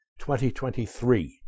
2023